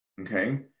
okay